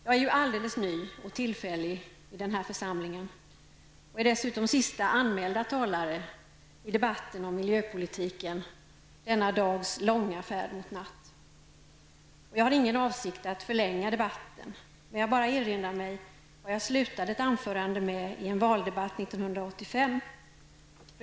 Jag är ju alldeles ny och tillfällig i den här församlingen och är dessutom sista anmälda talare i debatten om miljöpolitiken under denna dags långa färd mot natt. Jag har ingen avsikt att förlänga debatten. Jag erinrar mig bara vad jag avslutade ett anförande med i en valdebatt 1985.